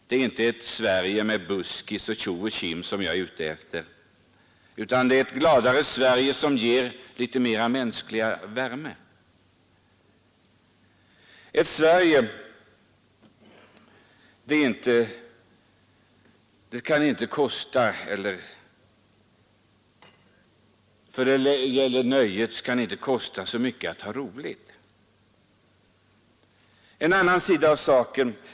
Det är inte ett Sverige med buskis och tjo och tjim som jag är ute efter, utan det är ett gladare Sverige som ger litet mer av mänsklig värme, ett Sverige där det inte skall kosta så mycket att ha litet roligt.